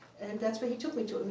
and that's where he took me to.